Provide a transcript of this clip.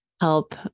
help